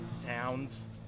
towns